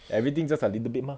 everything just like little bit mah